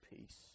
peace